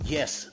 Yes